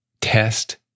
test